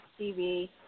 TV